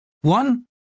One